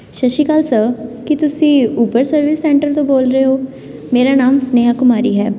ਸਤਿ ਸ਼੍ਰੀ ਅਕਾਲ ਕੀ ਤੁਸੀਂ ਉਬਰ ਸਰਵਿਸ ਸੈਂਟਰ ਤੋਂ ਬੋਲ ਰਹੇ ਹੋ ਮੇਰਾ ਨਾਮ ਸੁਨੇਹਾ ਕੁਮਾਰੀ ਹੈ